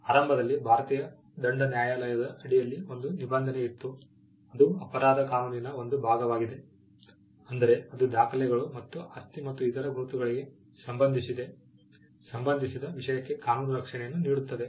ಆರಂಭದಲ್ಲಿ ಭಾರತೀಯ ದಂಡ ನ್ಯಾಯಾಲಯದ ಅಡಿಯಲ್ಲಿ ಒಂದು ನಿಬಂಧನೆ ಇತ್ತು ಅದು ಅಪರಾಧ ಕಾನೂನಿನ ಒಂದು ಭಾಗವಾಗಿದೆ ಅಂದರೆ ಇದು ದಾಖಲೆಗಳು ಮತ್ತು ಆಸ್ತಿ ಮತ್ತು ಇತರ ಗುರುತುಗಳಿಗೆ ಸಂಬಂಧಿಸಿದ ವಿಷಯಕ್ಕೆ ಕಾನೂನು ರಕ್ಷಣೆಯನ್ನು ನೀಡುತ್ತದೆ